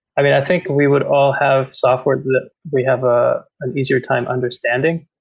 i think we would all have software we have ah an easier time understanding.